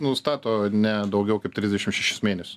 nustato ne daugiau kaip trisdešim šešis mėnesius